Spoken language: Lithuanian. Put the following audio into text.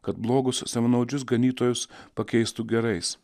kad blogus savanaudžius ganytojus pakeistų gerais